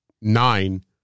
Nine